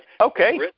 Okay